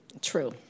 True